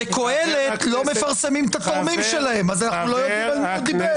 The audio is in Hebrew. וקהלת לא מפרסמים את התורמים שלהם אז אנחנו לא יודעים על מי הוא דיבר.